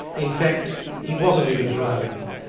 in fact he wasn't even driving